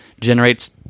generates